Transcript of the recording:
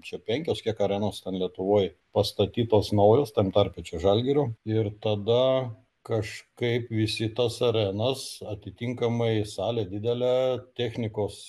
čia penkios kiek arenos ten lietuvoj pastatytos naujos tam tarpe čia žalgirio ir tada kažkaip visi tas arenas atitinkamai salė didelė technikos